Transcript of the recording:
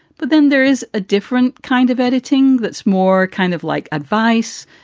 but then there is a different kind of editing. that's. more kind of like advice.